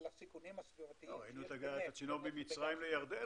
ראינו את הצינור בין מצרים לירדן,